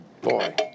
boy